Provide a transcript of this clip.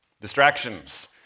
Distractions